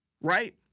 right